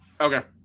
okay